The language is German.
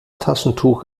taschentuch